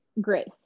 grace